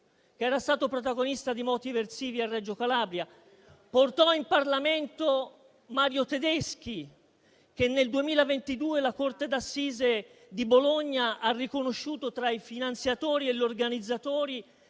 che era stato protagonista di moti eversivi a Reggio Calabria. Portò in Parlamento Mario Tedeschi, che nel 2022 la corte d'assise di Bologna ha riconosciuto tra i finanziatori e gli organizzatori